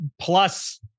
plus